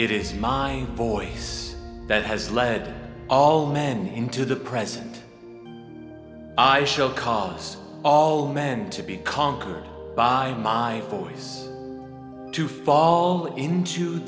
it is my voice that has led all men into the present i shall cause all men to be conquered by by force to fall into